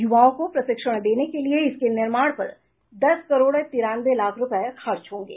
युवाओं को प्रशिक्षण देने के लिए इसके निर्माण पर दस करोड़ तिरानवें लाख रूपये खर्च होंगे